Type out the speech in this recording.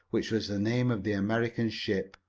which was the name of the american ship.